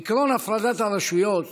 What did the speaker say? עקרון הפרדת הרשויות